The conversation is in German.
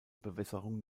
bewässerung